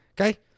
Okay